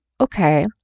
okay